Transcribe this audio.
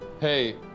hey